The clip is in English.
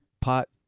pot